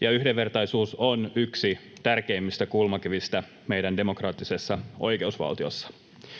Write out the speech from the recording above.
ja yhdenvertaisuus on yksi tärkeimmistä kulmakivistä meidän demokraattisessa oikeusvaltiossa.